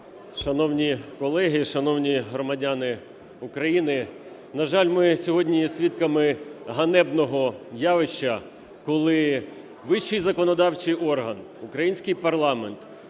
Шановні колеги! Шановні громадяни України! На жаль, сьогодні, ми є свідками ганебного явища, коли вищий законодавчий орган – український парламент